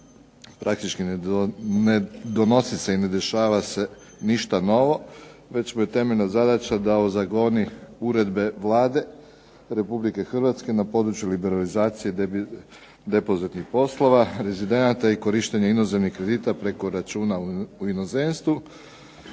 praktički ne donosi se i ne dešava se ništa novo, već mu je temeljna zadaća da u ... uredbe Vlade RH na području liberalizacije depozitnih poslova, rezidenata i korištenja inozemnih kredita preko računa u inozemstvu,